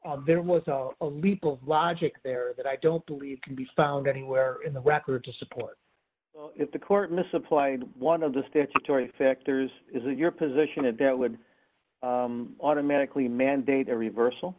there was a leap of logic there that i don't believe can be found anywhere in the record to support it the court misapplied one of the statutory factors is it your position that that would automatically mandate a reversal